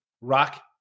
Rock